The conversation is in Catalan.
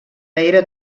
era